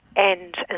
and and